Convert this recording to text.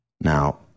now